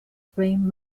brain